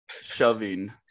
shoving